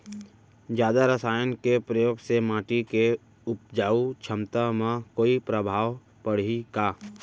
जादा रसायन के प्रयोग से माटी के उपजाऊ क्षमता म कोई प्रभाव पड़ही का?